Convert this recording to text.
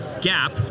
gap